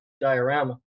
diorama